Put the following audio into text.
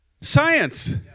science